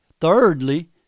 Thirdly